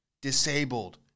disabled